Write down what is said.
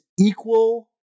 equal –